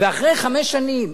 ואחרי חמש שנים,